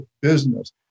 business